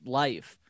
life